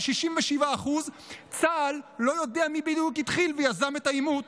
67% צה"ל לא יודע מי בדיוק התחיל ויזם את העימות.